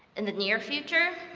in the near future,